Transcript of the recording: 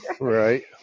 Right